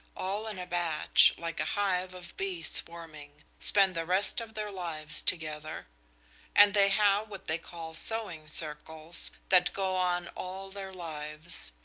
all in a batch, like a hive of bees swarming, spend the rest of their lives together and they have what they call sewing circles, that go on all their lives.